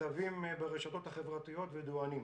כתבים ברשתות החברתיות וידוענים.